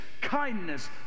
kindness